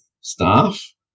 staff